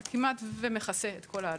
זה כמעט ומכסה את כל העלות.